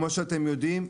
כמו שאתם יודעים,